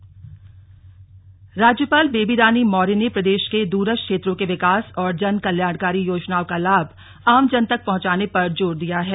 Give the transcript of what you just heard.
राज्यपाल मुलाकात राज्यपाल बेबी रानी मौर्य ने प्रदे के दूरस्थ क्षेत्रों के विकास और जन कल्याणकारी योजनाओं का लाभ आम जन तक पहुंचाने पर जोर दिया है